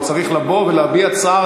אבל צריך לבוא ולהביע צער,